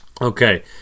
okay